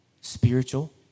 spiritual